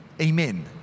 Amen